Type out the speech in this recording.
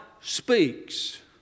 speaks